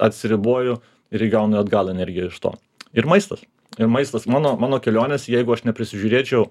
atsiriboju ir įgaunu atgal energiją iš to ir maistas ir maistas mano mano kelionės jeigu aš neprisižiūrėčiau